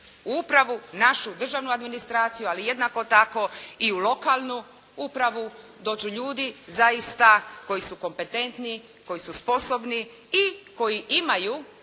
upravu, našu državnu administraciju ali jednako tako i u lokalnu upravu dođu ljudi zaista koji su kompetentni, koji su sposobni i koji imaju